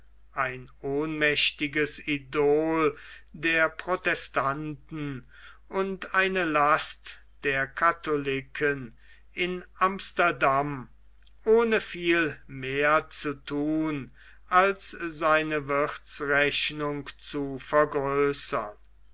ein ohnmächtiges idol der protestanten und eine last der katholiken in amsterdam ohne viel mehr zu thun als seine wirthsrechnung zu vergrößern